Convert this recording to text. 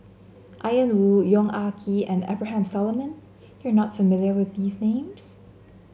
Ian Woo Yong Ah Kee and Abraham Solomon you are not familiar with these names